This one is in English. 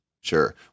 Sure